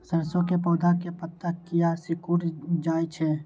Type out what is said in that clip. सरसों के पौधा के पत्ता किया सिकुड़ जाय छे?